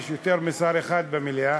יש יותר משר אחד במליאה,